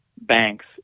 banks